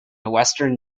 western